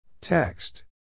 Text